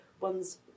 one's